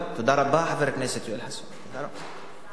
תודה שאני דואג לך.